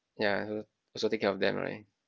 ya also also take care of them right